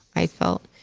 i felt.